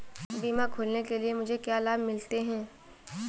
बीमा खोलने के लिए मुझे क्या लाभ मिलते हैं?